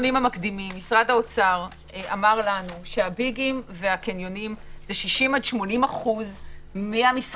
המקדימים משרד האוצר אמר לנו שהביגים והקניונים זה 60% עד 80% מהמסחר,